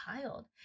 child